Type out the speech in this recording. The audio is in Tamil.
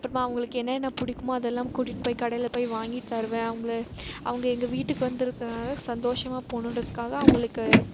அப்பறமாக அவங்களுக்கு என்னென்ன பிடிக்குமோ அதெல்லாம் கூட்டிட்டு போய் கடையில் போய் வாங்கி தருவேன் அவங்கள அவங்க எங்கள் வீட்டுக்கு வந்துருக்கறனால் சந்தோஷமாக போகணுன்றத்துக்காக அவங்களுக்கு